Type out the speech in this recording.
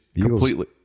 completely